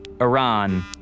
Iran